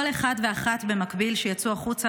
כל אחד ואחת שיצאו החוצה,